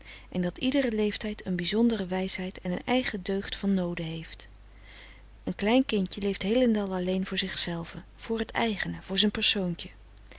en dat iedere leeftijd een bizondere wijsheid en een eigen deugd van noode heeft een klein kindje leeft heelend'al alleen voor zichzelve voor het eigene voor zijn persoontje